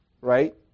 Right